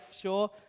sure